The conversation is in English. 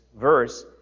verse